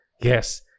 Yes